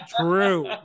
true